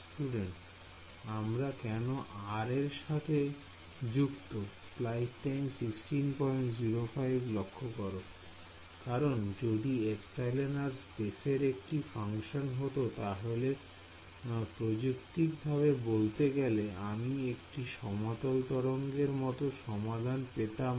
Student আমরা কেন r এর সাথে যুক্ত কারণ যদি εr স্পেসের একটি ফাংশন হত তাহলে প্রযুক্তিক ভাবে বলতে গেলে আমি একটি সমতল তরঙ্গের মত সমাধান পেতাম না